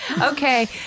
Okay